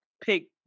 pick